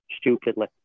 stupidly